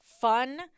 fun-